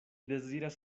deziras